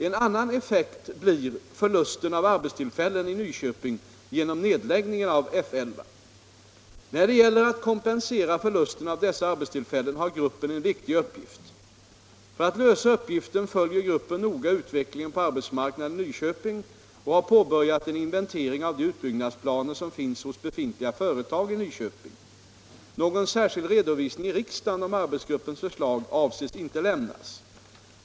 En annan effekt blir emellertid förlusten av arbetstillfällen i Nyköping genom nedläggningen av F 11. När det gäller att kompensera förlusten av dessa arbetstillfällen har gruppen en viktig uppgift. För att lösa uppgiften följer gruppen noga utvecklingen på arbetsmarknaden i Nyköping och har påbörjat en inventering av de utbyggnadsplaner som finns hos befintliga företag i Nyköping. Någon särskild redovisning i riksdagen av arbetsgruppens förslag avses inte lämnas.